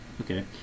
Okay